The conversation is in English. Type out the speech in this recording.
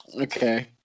okay